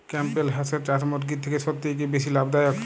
Campbell হাঁসের চাষ মুরগির থেকে সত্যিই কি বেশি লাভ দায়ক?